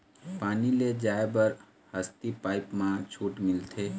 पानी ले जाय बर हसती पाइप मा छूट मिलथे?